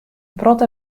protte